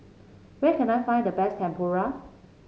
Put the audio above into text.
where can I find the best Tempura